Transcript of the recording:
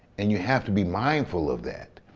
and you have to be mindful of that.